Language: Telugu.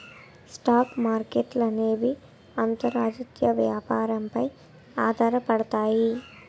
స్టాక్ మార్కెట్ల అనేవి అంతర్జాతీయ వ్యాపారం పై ఆధారపడతాయి